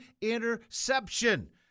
interception